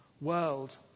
world